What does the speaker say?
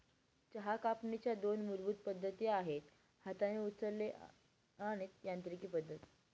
चहा कापणीच्या दोन मूलभूत पद्धती आहेत हाताने उचलणे आणि यांत्रिकी पद्धत